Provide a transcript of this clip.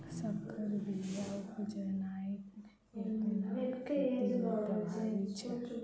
सँकर बीया उपजेनाइ एखुनका खेती मे प्रभावी छै